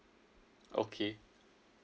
okay